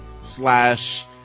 slash